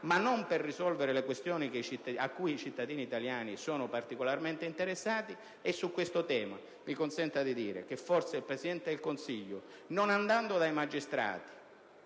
ma non per risolvere le questioni cui i cittadini italiani sono particolarmente interessati. Su questo tema, mi consenta di dire che forse il Presidente del Consiglio dovrebbe andare dai magistrati